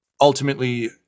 Ultimately